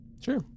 Sure